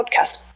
podcast